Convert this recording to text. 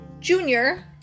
Junior